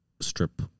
strip